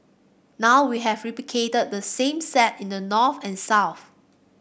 now we have replicated the same set in the north and south